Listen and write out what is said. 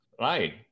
Right